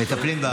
מטפלים,